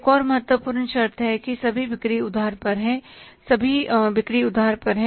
एक और महत्वपूर्ण शर्त है कि सभी बिक्री उधार पर हैं सभी बिक्री उधार पर हैं